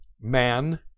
man